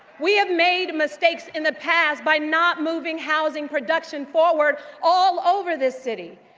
we have made mistakes in the past by not moving housing production forward all over this city.